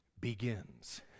begins